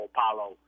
Apollo